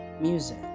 music